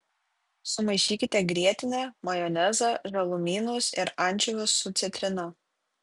sumaišykite grietinę majonezą žalumynus ir ančiuvius su citrina